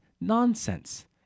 nonsense